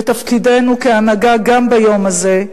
ותפקידנו, כהנהגה, גם ביום הזה,